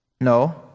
No